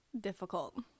difficult